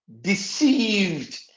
deceived